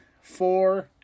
four